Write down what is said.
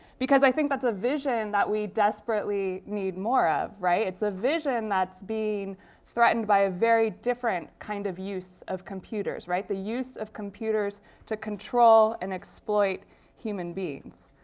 because i think that's a vision that we desperately need more of, right? it's a vision that's being threatened by a very different kind of use of computers. right? the use of computers to control and exploit human beings.